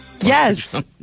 Yes